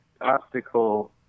obstacle